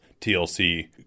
TLC